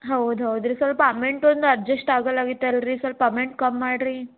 ಹೌದೌದು ರೀ ಸ್ವಲ್ಪ ಅಮೆಂಟ್ ಒಂದು ಅಜ್ಜಸ್ಟ್ ಆಗ್ವಾಲ್ಲಾಗಿತ್ತು ಅಲ್ರಿ ಸ್ವಲ್ಪ ಅಮೆಂಟ್ ಕಮ್ಮಿ ಮಾಡ್ರಿ